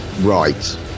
Right